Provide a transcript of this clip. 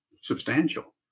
substantial